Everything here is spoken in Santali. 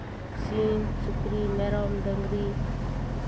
ᱥᱤᱢ ᱥᱩᱠᱨᱤ ᱢᱮᱨᱚᱢ ᱰᱟᱝᱨᱤ